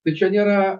tai čia nėra